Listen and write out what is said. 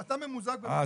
אתה ממוזג עכשיו --- אה,